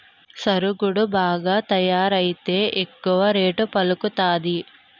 సరుగుడు బాగా తయారైతే ఎక్కువ రేటు పలుకుతాది